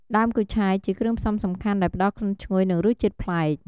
ដើមគូឆាយជាគ្រឿងផ្សំសំខាន់ដែលផ្តល់ក្លិនឈ្ងុយ និង រសជាតិប្លែក។